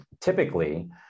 typically